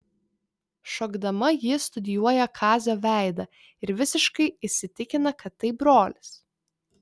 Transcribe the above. šokdama ji studijuoja kazio veidą ir visiškai įsitikina kad tai brolis